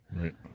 Right